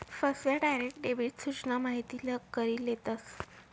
फसव्या, direct debit सूचना माहिती करी लेतस